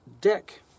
deck